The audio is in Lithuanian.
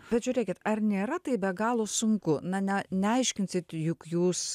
bet žiūrėkit ar nėra tai be galo sunku na ne neaiškinsit juk jūs